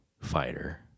fighter